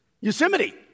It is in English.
Yosemite